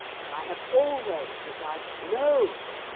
but i have always replied, no.